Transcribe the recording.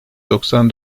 doksan